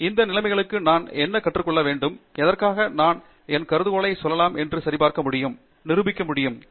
இந்த நிலைமைகளுக்கு நான் என்ன கற்றுக்கொடுக்க வேண்டும் எடு எதற்காக நான் என் கருதுகோளைச் செல்லலாம் மற்றும் சரிபார்க்க முடியும் நிரூபிக்க விரும்புகிறேன்